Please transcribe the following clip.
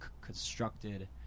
constructed